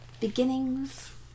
beginnings